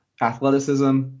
athleticism